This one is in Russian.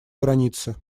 границе